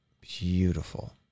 beautiful